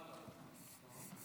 אדוני